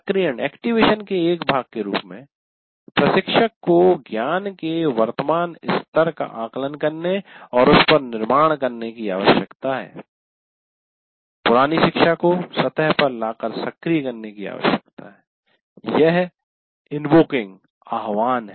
सक्रियण के एक भाग के रूप में प्रशिक्षक को ज्ञान के वर्तमान स्तर का आकलन करने और उस पर निर्माण करने की आवश्यकता है पुरानी शिक्षा को सतह पर लाकर सक्रिय करने की आवश्यकता है - यह आह्वान इन्वोकिंग है